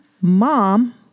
MOM